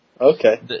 Okay